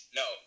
no